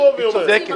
אתה כל הזמן מצביע.